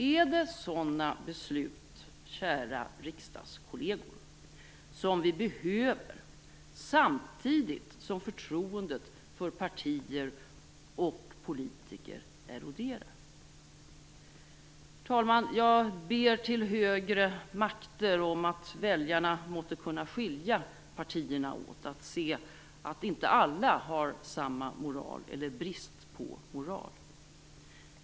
Är det sådana beslut, kära riksdagskolleger, som vi behöver samtidigt som förtroendet för partier och politiker eroderar? Herr talman! Jag ber till högre makter om att väljarna måtte kunna skilja partierna åt och att de ser att inte alla har samma moral, eller brist på moral.